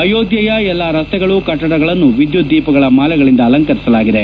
ಅಯೋಧ್ವೆಯ ಎಲ್ಲಾ ರಸ್ತೆಗಳು ಕಟ್ಟಡಗಳನ್ನು ವಿದ್ಯುತ್ ದೀಪಗಳ ಮಾಲೆಯಿಂದ ಅಲಂಕರಿಸಲಾಗಿದೆ